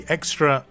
Extra